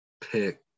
pick